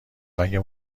مگه